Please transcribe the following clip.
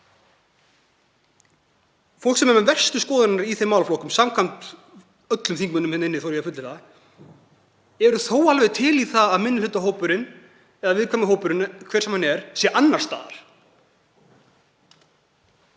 Fólk sem er með verstu skoðanir í þeim málaflokkum samkvæmt öllum þingmönnum hér inni, þori ég að fullyrða, er þó alveg til í það að minnihlutahópurinn eða viðkvæmi hópurinn, hver sem hann er, sé annars staðar.